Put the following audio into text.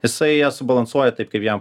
jisai ją subalansuoja taip kaip jam